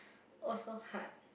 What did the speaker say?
also hard